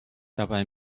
dabei